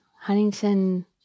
Huntington